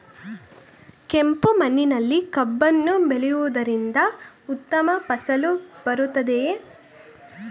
ಕೆಂಪು ಮಣ್ಣಿನಲ್ಲಿ ಕಬ್ಬನ್ನು ಬೆಳೆಯವುದರಿಂದ ಉತ್ತಮ ಫಸಲು ಬರುತ್ತದೆಯೇ?